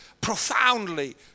profoundly